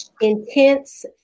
intense